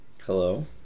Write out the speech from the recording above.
Hello